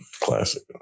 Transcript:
Classic